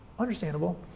understandable